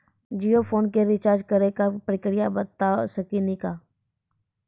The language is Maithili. जियो फोन के रिचार्ज करे के का प्रक्रिया बता साकिनी का?